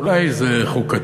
אולי זה חוקתי,